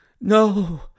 No